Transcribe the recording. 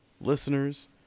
listeners